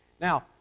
Now